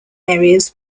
areas